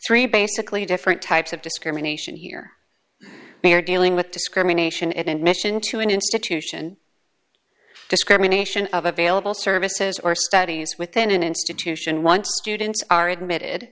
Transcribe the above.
three basically different types of discrimination here we are dealing with discrimination in admission to an institution discrimination of available services or studies within an institution one students are